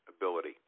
ability